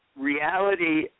reality